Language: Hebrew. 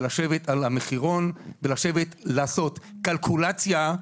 לשבת על המחירון ולעשות כלכולציה.